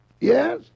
Yes